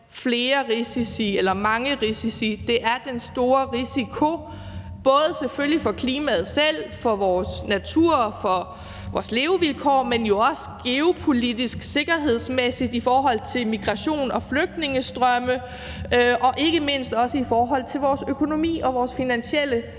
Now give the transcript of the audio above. flere risici eller blandt mange risici. Det er den store risiko, selvfølgelig både for klimaet selv, for vores natur og for vores levevilkår, men jo også geopolitisk og sikkerhedsmæssigt i forhold til migration og flygtningestrømme og ikke mindst også i forhold til vores økonomi og vores finansielle system,